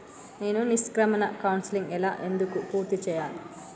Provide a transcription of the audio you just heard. నేను నిష్క్రమణ కౌన్సెలింగ్ ఎలా ఎందుకు పూర్తి చేయాలి?